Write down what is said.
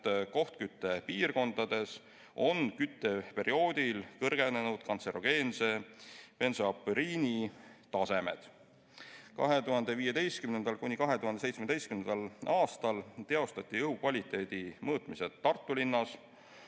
kohtküttepiirkondades on kütteperioodil kõrgenenud kantserogeense bensopüreeni tase. 2015.–2017. aastal teostati õhukvaliteedi mõõtmised Tartu linnas.